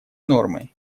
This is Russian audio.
нормой